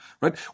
right